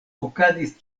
okazis